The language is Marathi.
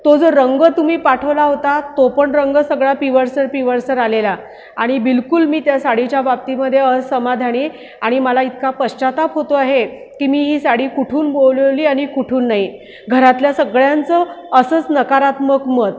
तो जो रंग तुम्ही पाठवला होता तो पण रंग सगळा पिवळसर पिवळसर आलेला आणि बिलकुल मी त्या साडीच्या बाबतीमध्ये असमाधानी आणि मला इतका पश्चाताप होतो आहे की मी ही साडी कुठून बोलवली आणि कुठून नाही घरातल्या सगळ्यांचं असंच नकारात्मक मत